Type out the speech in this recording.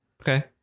Okay